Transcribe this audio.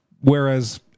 Whereas